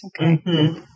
Okay